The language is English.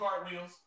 cartwheels